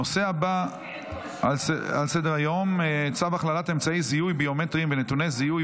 הנושא הבא על סדר-היום: הצעת צו הכללת אמצעי זיהוי ביומטריים ונתוני זיהוי